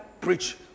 preach